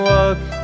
Walk